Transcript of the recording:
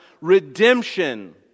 Redemption